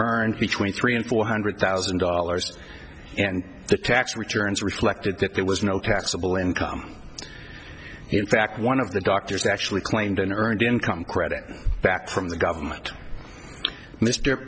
earned between three and four hundred thousand dollars and the tax returns reflected that there was no taxable income in fact one of the doctors actually claimed an earned income credit back from the government mr